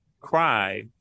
cry